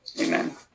Amen